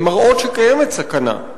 קיימת סכנה.